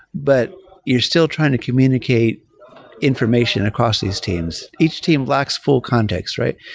but you're still trying to communicate information across these teams. each team lacks full context, right?